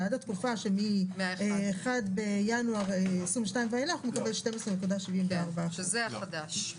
בעד התקופה מאחד בינואר 22' ואילך הוא מקבל 12.74%. שזה החדש.